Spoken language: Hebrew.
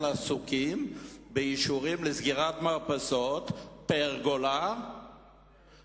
עסוקים באישורים לסגירת מרפסות ופרגולות,